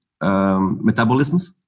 metabolisms